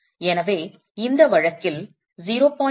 எனவே இந்த வழக்கில் 0